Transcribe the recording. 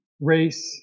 race